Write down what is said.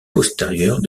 postérieure